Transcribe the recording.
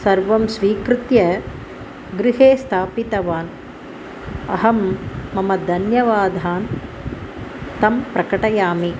सर्वं स्वीकृत्य गृहे स्थापितवान् अहं मम धन्यवादान् तं प्रकटयामि